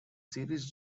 series